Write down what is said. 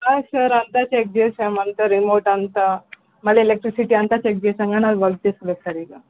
కాదు సార్ అంతా చెక్ చేసాం అంతా రిమోట్ అంతా మళ్ళీ ఎలెక్ట్రిసిటీ అంతా చెక్ చేసాం కానీ అది వర్క్ చేస్తలేదు సార్ ఇక